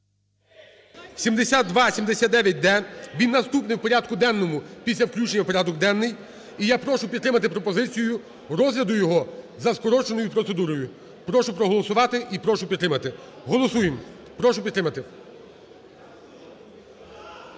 7279-д, він наступний в порядку денному після включення в порядок денний. І я прошу підтримати пропозицію розгляду його за скороченою процедурою. Прошу проголосувати і прошу підтримати. Голосуємо. Прошу підтримати.